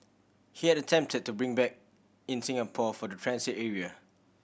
he had attempted to bring back in Singapore for the transit area